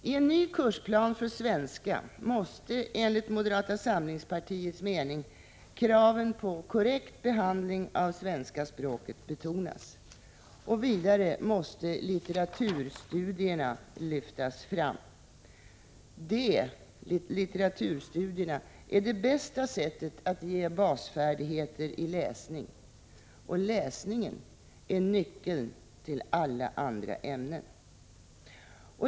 I en ny kursplan för svenska måste enligt moderata samlingspartiets mening kraven på korrekt behandling av svenska språket betonas. Vidare måste litteraturstudierna lyftas fram. De är det bästa sättet att ge basfärdigheter i läsning, och läsning är nyckeln till alla andra ämnen.